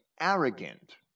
arrogant